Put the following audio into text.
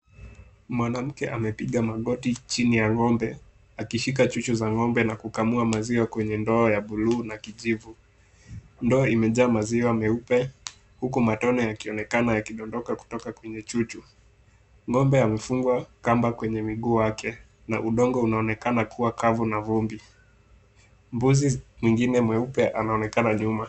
Mwanamke amepiga magoti chini ya ng'ombe akishika chuchu za ng'ombe na kukamua maziwa kwenye ndoo ya buluu na kijivu. Ndoo imejaa maziwa meupe huku matone yakionekana yakidondoka kutoka kwenye chuchu . Ngombe amefungwa kamba kwenye miguu wake na udongo unaonekana kuwa kavu na vumbi. Mbuzi mwingine mweupe anaonekana nyuma.